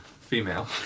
female